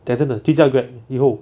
讲真的就驾 grab 以后